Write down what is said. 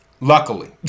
luckily